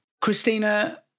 Christina